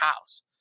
house